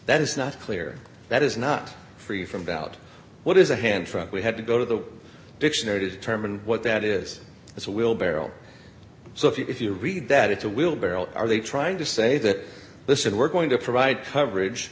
that is not clear that is not free from about what is a hand front we had to go to the dictionary to determine what that is it's a wheel barrel so if you read that it's a wheelbarrow are they trying to say that listen we're going to provide coverage